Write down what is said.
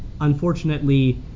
unfortunately